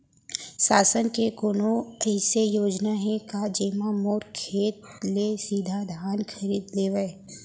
शासन के कोनो अइसे योजना हे का, जेमा मोर खेत ले सीधा धान खरीद लेवय?